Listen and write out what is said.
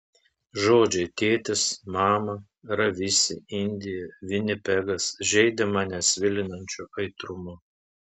žodžiai tėtis mama ravisi indija vinipegas žeidė mane svilinančiu aitrumu